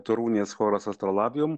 torunės choras astrolabium